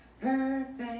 perfect